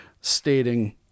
stating